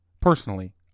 Personally